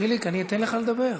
חיליק, אני אתן לך לדבר,